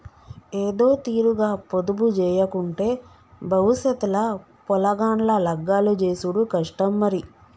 ఏదోతీరుగ పొదుపుజేయకుంటే బవుసెత్ ల పొలగాండ్ల లగ్గాలు జేసుడు కష్టం మరి